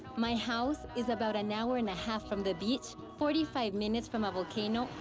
my house is about an hour and a half from the beach, forty five minutes from a volcano,